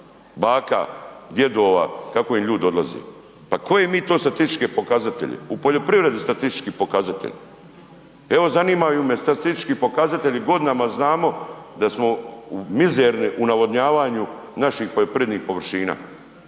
baka, djedova, kako im ljudi odlaze. Pa koje mi to statističke pokazatelje? U poljoprivredi statistički pokazatelj? Evo, zanimaju me statistički pokazatelji, godinama znamo da smo mizerni u navodnjavanju naših poljoprivrednih površina.